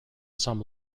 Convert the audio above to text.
some